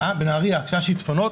בנהרייה כשהיו שיטפונות.